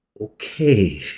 okay